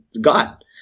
God